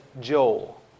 Joel